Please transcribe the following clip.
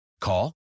Call